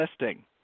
listing